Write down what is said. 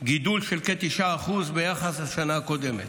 גידול של כ-9% ביחס לשנה הקודמת.